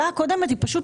אם מדובר